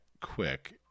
quick